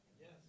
Yes